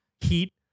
Heat